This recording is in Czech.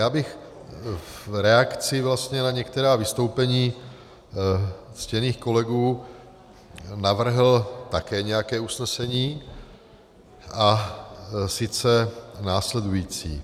Já bych v reakci vlastně na některá vystoupení ctěných kolegů navrhl také nějaké usnesení, a sice následující.